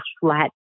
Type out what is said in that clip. flat